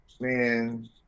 man